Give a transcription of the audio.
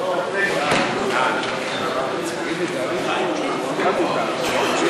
הדתית (המרה) (גיור על-ידי רב עיר ומועצה מקומית),